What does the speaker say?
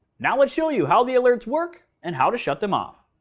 now lets show you how the alerts work and how to shut them off.